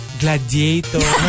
gladiator